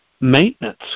maintenance